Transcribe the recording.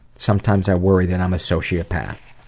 sometimes i worry that i'm a sociopath.